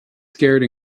scared